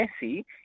Messi